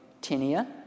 tinea